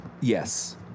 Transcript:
yes